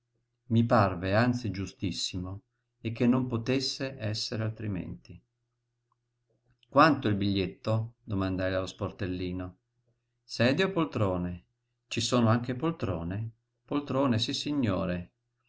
mi parve anzi giustissimo e che non potesse essere altrimenti quanto il biglietto domandai allo sportellino sedie o poltrone ci sono anche poltrone poltrone sissignore